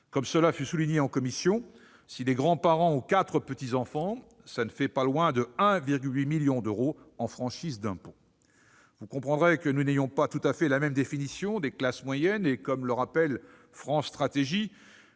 Comme cela fut souligné en commission, si les grands-parents ont quatre petits-enfants, ce ne sont pas loin de 1,8 million d'euros qui pourraient être transmis en franchise d'impôts. Vous comprendrez que nous n'ayons pas tout à fait la même définition des classes moyennes. Comme le rappelle France Stratégie,